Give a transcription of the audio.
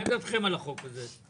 מהי עמדתכם על החוק הזה,